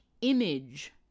image